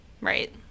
right